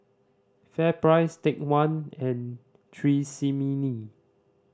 FairPrice Take One and Tresemme